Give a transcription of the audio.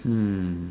um